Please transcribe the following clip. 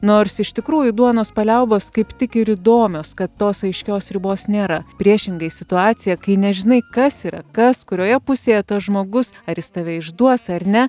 nors iš tikrųjų duonos paliaubos kaip tik ir įdomios kad tos aiškios ribos nėra priešingai situacija kai nežinai kas yra kas kurioje pusėje tas žmogus ar jis tave išduos ar ne